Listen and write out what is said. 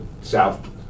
South